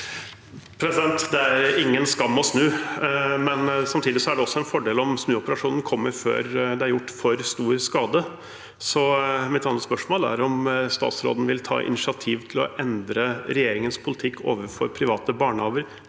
Det er ingen skam å snu, men samtidig er det også en fordel om snuoperasjonen kommer før det er gjort for stor skade. Mitt andre spørsmål er om statsråden vil ta initiativ til å endre regjeringens politikk overfor private barnehager,